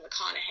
McConaughey